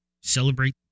celebrate